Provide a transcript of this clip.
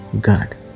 God